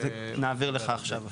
נעביר אליך עכשיו אפילו.